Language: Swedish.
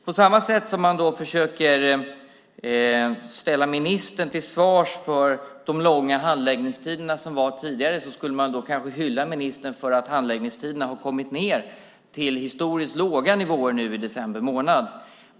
På samma sätt som man försöker ställa ministern till svars för de långa handläggningstider som var tidigare skulle man kanske hylla ministern för att handläggningstiderna har kommit ned till historiskt låga nivåer i december månad.